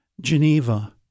Geneva